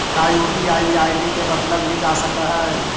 का UPI ID के बदलल भी जा सकऽ हई?